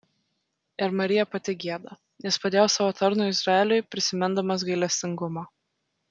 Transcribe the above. ir marija pati gieda jis padėjo savo tarnui izraeliui prisimindamas gailestingumą